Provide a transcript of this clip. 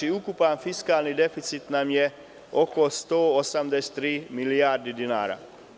Znači, ukupan fiskalni deficit je oko 183 milijarde dinara.